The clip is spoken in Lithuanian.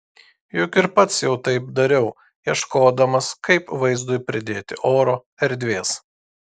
juk ir pats jau taip dariau ieškodamas kaip vaizdui pridėti oro erdvės